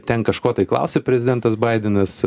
ten kažko klausė prezidentas baidenas